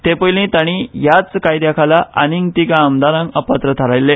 तेपयली तांणी ह्याच कायद्याखाला आनीक तिगा आमदारांक अपात्र थारायल्ले